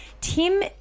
Tim